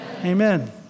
Amen